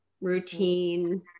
routine